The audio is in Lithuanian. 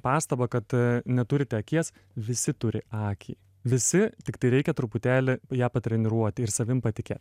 pastabą kad neturite akies visi turi akį visi tiktai reikia truputėlį ją treniruoti ir savim patikėt